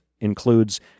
includes